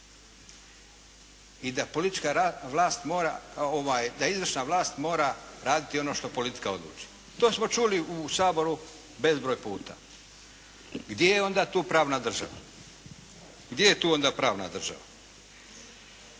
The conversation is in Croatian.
da izvršna vlast mora raditi ono što politika odluči. To smo čuli u Saboru bezbroj puta. Gdje je onda tu pravna država? Gdje je tu onda pravna država?